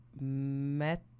met